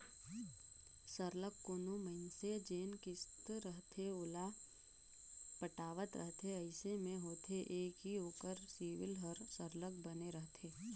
सरलग कोनो मइनसे जेन किस्त रहथे ओला पटावत रहथे अइसे में होथे ए कि ओकर सिविल हर सरलग बने रहथे